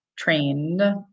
trained